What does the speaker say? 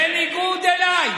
בניגוד אליי,